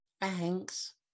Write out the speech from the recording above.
Thanks